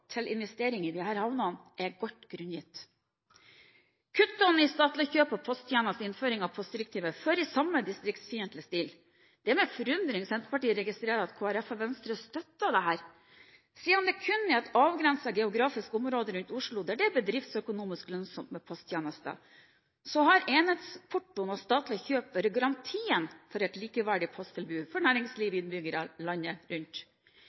til investering i disse havnene er godt grunngitt. Kuttene i statlig kjøp av posttjenester og innføringen av postdirektivet er i samme distriktsfiendtlige stil. Det er med forundring Senterpartiet registrerer at Kristelig Folkeparti og Venstre støtter dette. Siden det kun er et avgrenset geografisk område rundt Oslo der det er bedriftsøkonomisk lønnsomt med posttjenester, har enhetsportoen og statlig kjøp vært garantien for et likeverdig posttilbud for næringsliv og innbyggere landet rundt.